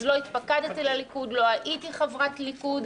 אז לא התפקדתי לליכוד, לא הייתי חברת ליכוד,